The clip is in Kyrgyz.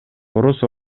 короз